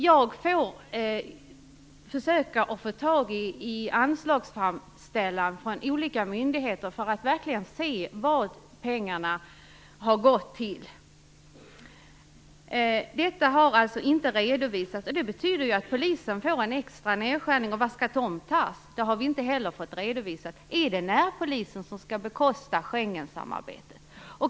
Jag får försöka få tag i anslagsframställningar från olika myndigheter för att verkligen kunna se vad pengarna går till. Detta har inte redovisats. Det betyder att det blir ytterligare nedskärningar på polisen. Var skall de göras? Det har vi inte heller fått redovisat. Är det närpolisen som skall bekosta Schengensamarbetet?